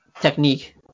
Technique